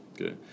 Okay